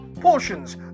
portions